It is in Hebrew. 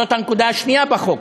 זאת הנקודה השנייה בחוק,